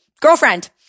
girlfriend